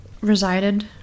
resided